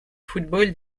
football